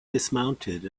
dismounted